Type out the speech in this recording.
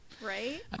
Right